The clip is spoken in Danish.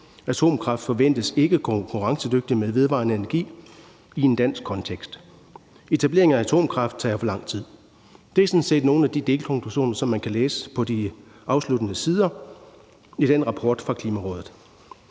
Atomkraft forventes ikke at være konkurrencedygtig med vedvarende energi i en dansk kontekst. Etablering af atomkraft tager for lang tid. Det er sådan set nogle af de delkonklusioner, som man kan læse på de afsluttende sider i den rapport fra Klimarådet.